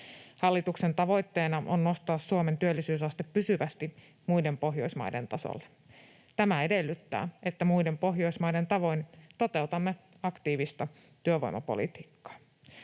Hallituksen tavoitteena on nostaa Suomen työllisyysaste pysyvästi muiden Pohjoismaiden tasolle. Tämä edellyttää, että muiden Pohjoismaiden tavoin toteutamme aktiivista työvoimapolitiikkaa.